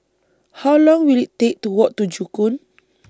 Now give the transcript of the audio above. How Long Will IT Take to Walk to Joo Koon